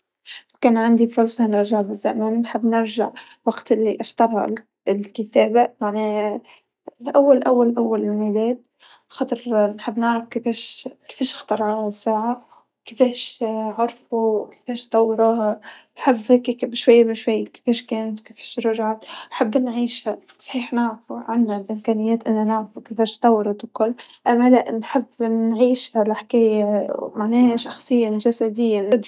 ما اظن إنه أبي أرجع لتاريخ معين ب-بعينه لا أنا أبغي أرجع لحقبة زمنية، يعني أبي أرجع للحقبة حقت الرسول. أبي أرجع للحقبة حقت إنتشار الإسلام أبي أرجع للحقبة الفكتورية أبي أرجع لحقبة الفراعنة أبي أرجع لحقب كثير جدا وأتجول بالتاريخ، سلموني ألة الزمن.